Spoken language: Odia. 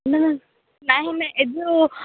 ନା ନା ନାହିଁ ନାହିଁ ଏ ଯେଉଁ